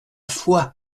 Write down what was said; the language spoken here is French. foix